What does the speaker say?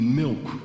milk